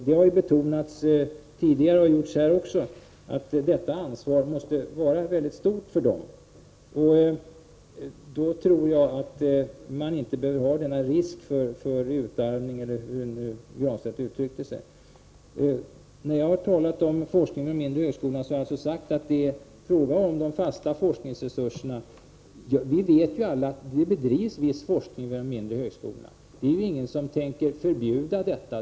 Det har betonats tidigare, att detta ansvar måste vara mycket stort. Jag tror inte att man behöver riskera någon utarmning, eller hur det nu var Pär Granstedt uttryckte sig. När jag har talat om forskning vid de mindre högskolorna har jag sagt att det är fråga om de fasta forskningsresurserna. Vi vet att det bedrivs viss forskning vid de mindre högskolorna. Det är ingen som tänker förbjuda den.